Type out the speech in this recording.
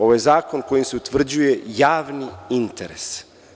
Ovo je zakon kojim se utvrđuje javni interes.